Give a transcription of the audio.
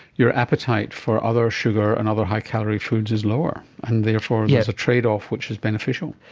your appetite for other sugar and other high calorie foods is lower, and therefore there is a trade-off which is beneficial.